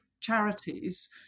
charities